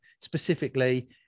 specifically